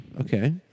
okay